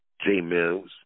J-Mills